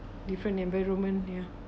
different environment ya